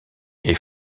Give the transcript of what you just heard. est